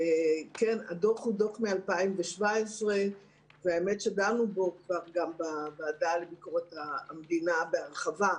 זה דוח מ-2017 ודנו בו בוועדה לביקורת המדינה בהרחבה.